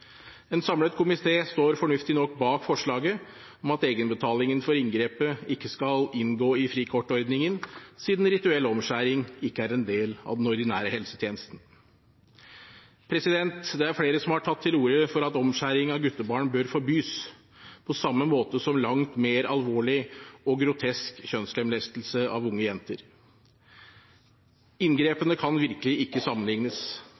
En samlet komité står fornuftig nok bak forslaget om at egenbetalingen for inngrepet ikke skal inngå i frikortordningen, siden rituell omskjæring ikke er en del av den ordinære helsetjenesten. Det er flere som har tatt til orde for at omskjæring av guttebarn bør forbys – på samme måte som langt mer alvorlig og grotesk kjønnslemlestelse av unge jenter. Inngrepene kan virkelig ikke sammenlignes.